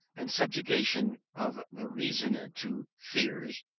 and subjection of the reason to fears,